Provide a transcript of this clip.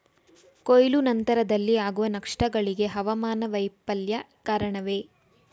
ಕೊಯ್ಲು ನಂತರದಲ್ಲಿ ಆಗುವ ನಷ್ಟಗಳಿಗೆ ಹವಾಮಾನ ವೈಫಲ್ಯ ಕಾರಣವೇ?